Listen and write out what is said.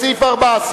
נתקבלה.